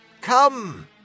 Come